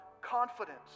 confidence